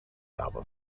album